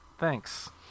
Thanks